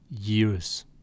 Years